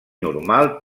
normal